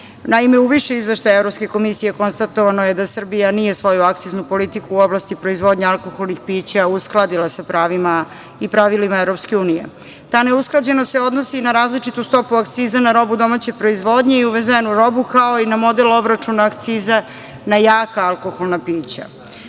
Naime, u više izveštaja Evropske komisije konstatovano je da Srbija nije svoju akciznu politiku u oblasti proizvodnje alkoholnih pića uskladila sa pravima i pravilima EU. Ta neusklađenost se odnosi na različitu stopu akciza na robu domaće proizvodnje i uvezenu robu, kao i na model obračuna akciza na jaka alkoholna pića. Pošto